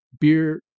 beer